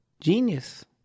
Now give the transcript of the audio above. genius